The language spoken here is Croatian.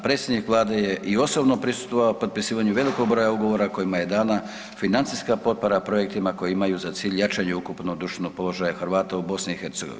Predsjednik Vlade je i osobno prisustvovao potpisivanju velikog broja ugovora kojima je dana financijska potpora projektima koji imaju za cilj jačanje ukupnog društvenog položaja Hrvata u BiH.